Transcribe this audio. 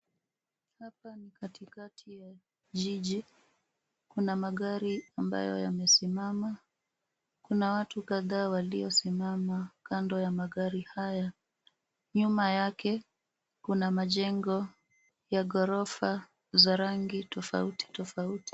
Hapa ni katikati ya jiji. Kuna magari ambayo yamesimama. Kuna watu kadhaa waliosimama kando ya magari haya. Nyuma yake, kuna majengo ya ghorofa za rangi tofauti tofauti.